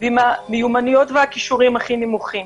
ועם המיומנויות והכישורים הכי נמוכים.